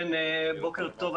בוקר טוב,